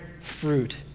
fruit